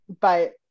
But-